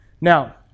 Now